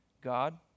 God